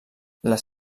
les